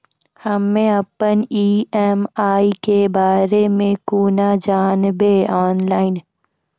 हम्मे अपन ई.एम.आई के बारे मे कूना जानबै, ऑनलाइन?